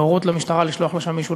נוער וצעירים שהגיעו אחר כך לשרת במדינת